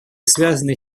связанной